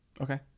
Okay